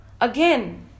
again